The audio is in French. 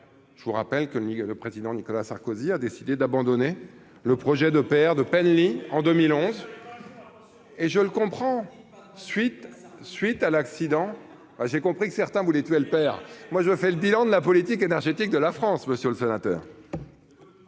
je vous rappelle que ni le président Nicolas Sarkozy a décidé d'abandonner le projet d'EPR de Penly, en 2011 et je le comprends suite suite à l'accident ah j'ai compris que certains voulaient tuer le père, moi je fais le bilan de la politique énergétique de la France Monsieur le Sénateur,